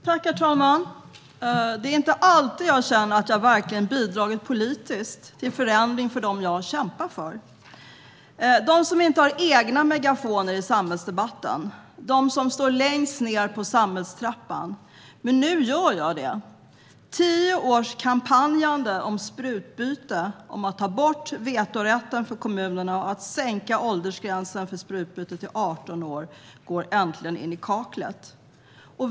Herr talman! Det är inte alltid jag känner att jag verkligen bidragit politiskt till förändring för dem jag har kämpat för: de som inte har egna megafoner i samhällsdebatten och de som står längst ned i samhällstrappan. Men nu gör jag det. Tio års kampanjande om sprututbyte och om att ta bort vetorätten för kommunerna och sänka åldersgränsen för sprututbyte till 18 år går äntligen in i kaklet.